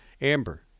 Amber